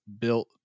built